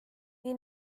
nii